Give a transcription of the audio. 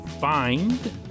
Find